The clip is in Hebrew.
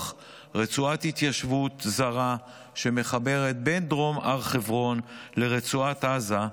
רצועת התיישבות זרה שמחברת בין דרום הר חברון לרצועת עזה,